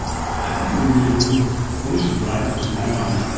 i can really only only sqlite comes to my mind